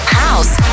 house